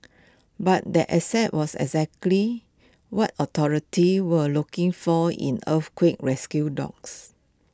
but the asset was exactly what authorities were looking for in earthquake rescue dogs